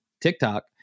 TikTok